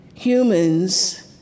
Humans